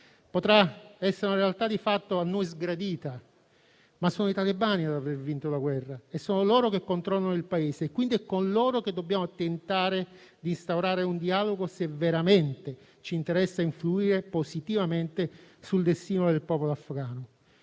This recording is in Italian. Potrà essere una realtà di fatto a noi sgradita, ma sono i talebani ad aver vinto la guerra e sono loro che controllano il Paese, quindi è con loro che dobbiamo tentare di instaurare un dialogo se veramente ci interessa influire positivamente sul destino del popolo afghano.